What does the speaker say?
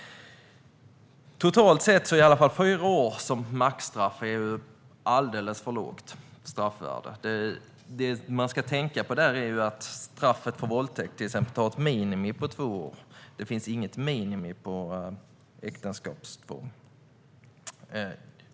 Totalt sett är fyra år som maxstraff ett alldeles för lågt straffvärde. Det man ska tänka på där är ju att straffet för till exempel våldtäkt har ett minimum på två år. Det finns inget minimum för äktenskapstvång.